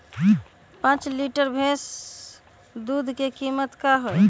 पाँच लीटर भेस दूध के कीमत का होई?